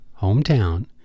hometown